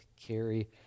carry